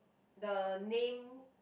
the name